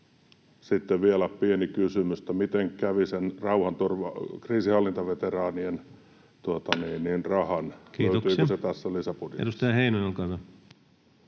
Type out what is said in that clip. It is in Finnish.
Sitten vielä pieni kysymys: Miten kävi sen kriisinhallintaveteraanien rahan? Löytyykö